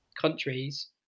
countries